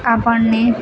આપણને